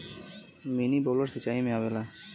mini bubbler सिचाई में आवेला